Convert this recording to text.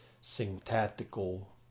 syntactical